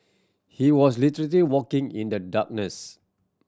he was literally walking in the darkness